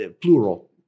Plural